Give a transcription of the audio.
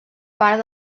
part